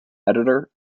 editor